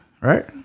right